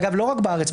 אגב לא רק בארץ,